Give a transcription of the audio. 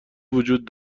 وجود